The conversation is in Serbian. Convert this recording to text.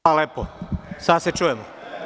Hvala lepo, sad se čujemo.